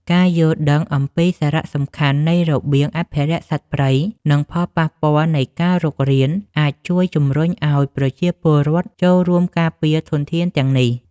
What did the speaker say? ការយល់ដឹងអំពីសារៈសំខាន់នៃរបៀងអភិរក្សសត្វព្រៃ និងផលប៉ះពាល់នៃការរុករាន អាចជួយជំរុញឱ្យប្រជាពលរដ្ឋចូលរួមការពារធនធានទាំងនេះ។